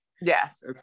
Yes